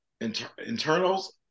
internals